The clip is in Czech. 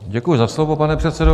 Děkuji za slovo, pane předsedo.